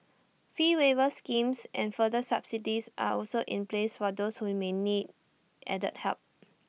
fee waiver schemes and further subsidies are also in place for those who may need added help